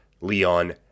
Leon